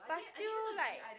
but still like